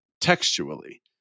textually